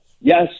Yes